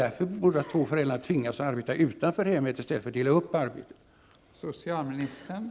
Därför tvingas bägge föräldrarna att arbeta utanför hemmet i stället för att dela upp arbetet.